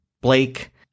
Blake